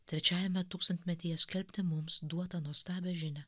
trečiajame tūkstantmetyje skelbti mums duotą nuostabią žinią